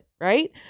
right